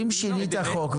אם שינית חוק,